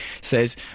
says